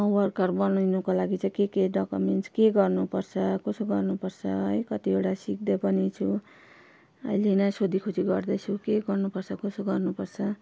worker बनिनुको लागि चाहिँ के के डकुमेन्ट्स के गर्नुपर्छ कसो गर्नपर्स है कतिवटा सिक्दै पनि छु अहिले नै सोधीखोजी गर्दैछु के गर्नुपर्छ कसो गर्नुपर्छ